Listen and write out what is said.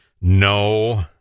No